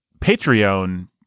Patreon